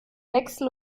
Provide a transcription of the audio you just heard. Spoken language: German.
wechsel